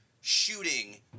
shooting